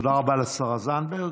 תודה רבה לשרה זנדברג.